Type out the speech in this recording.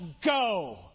go